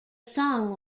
song